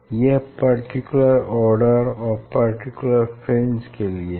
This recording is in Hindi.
यह एक पर्टिकुलर आर्डर और पर्टिकुलर फ्रिंज के लिए है